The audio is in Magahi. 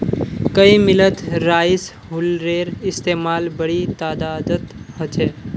कई मिलत राइस हुलरेर इस्तेमाल बड़ी तदादत ह छे